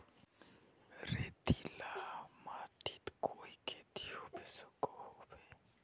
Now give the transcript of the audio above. रेतीला माटित कोई खेती होबे सकोहो होबे?